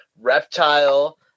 Reptile